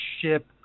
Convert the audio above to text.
ship